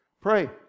Pray